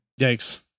Yikes